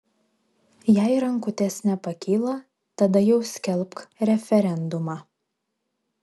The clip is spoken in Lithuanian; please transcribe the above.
jei rankutės nepakyla tada jau skelbk referendumą